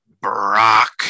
Brock